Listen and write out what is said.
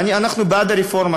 אנחנו בעד הרפורמה,